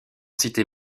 cité